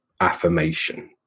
affirmation